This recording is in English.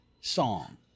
song